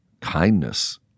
kindness